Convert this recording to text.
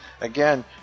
Again